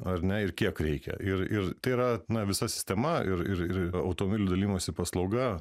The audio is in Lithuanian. ar ne ir kiek reikia ir ir tai yra na visa sistema ir ir ir automobilių dalinimosi paslauga